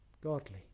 godly